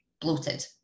bloated